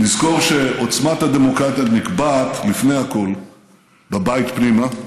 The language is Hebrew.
נזכור שעוצמת הדמוקרטיה נקבעת לפני הכול בבית פנימה,